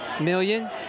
Million